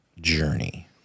journey